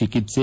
ಚಿಕಿತ್ಸೆ